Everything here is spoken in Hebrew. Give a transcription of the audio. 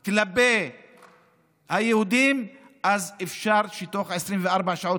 כלפי היהודים אז אפשר שתוך 24 שעות,